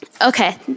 Okay